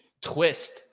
Twist